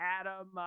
adam